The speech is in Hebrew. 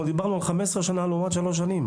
אנחנו דיברנו על 15 שנים לעומת 3 שנים.